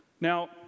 Now